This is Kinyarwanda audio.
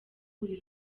buri